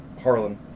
Harlan